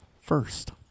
first